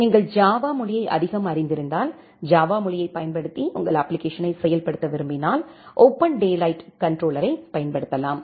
நீங்கள் ஜாவா மொழியை அதிகம் அறிந்து இருந்தால் ஜாவா மொழியைப் பயன்படுத்தி உங்கள் அப்ப்ளிகேஷன்ஸ்யை செயல்படுத்த விரும்பினால் ஓபன்டேலைட் கண்ட்ரோலர்ரையைத் பயன்படுத்தலாம்